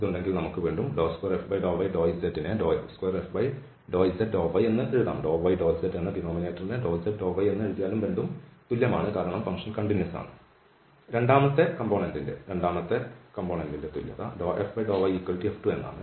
ഇത് ഉണ്ടെങ്കിൽ നമുക്ക് വീണ്ടും 2f∂y∂z2f∂z∂y വീണ്ടും എഴുതാം രണ്ടാമത്തെ ഘടകത്തിന്റെ രണ്ടാമത്തെ ഘടക തുല്യത δfδyF2 എന്നാണ്